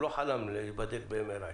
הוא לא חלם להיבדק ב-MRI,